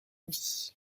vie